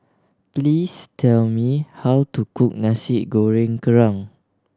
please tell me how to cook Nasi Goreng Kerang